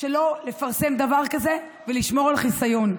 שלא לפרסם דבר כזה ולשמור על חיסיון,